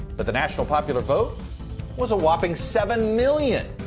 but the national popular vote was a whopping seven million.